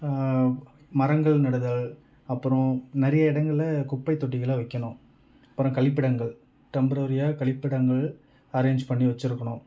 மரங்கள் நடுதல் அப்புறம் நிறைய இடங்களில் குப்பைத்தொட்டிகளை வைக்கணும் அப்புறம் கழிப்பிடங்கள் டெம்ப்ரவரியாக கழிப்பிடங்கள் அரேஞ்ச் பண்ணி வச்சுருக்கணும்